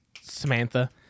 Samantha